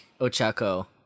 Ochako